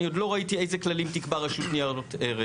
אני עוד לא ראיתי אילו כללים תקבע רשות ניירות ערך?